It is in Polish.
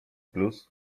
plus